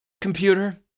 Computer